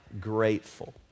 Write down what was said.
grateful